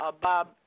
Bob